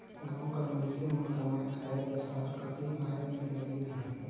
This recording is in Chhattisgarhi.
गाँव कर मइनसे मन कमाए खाए बर सहर कती आए में लगिन अहें